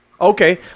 Okay